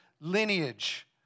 lineage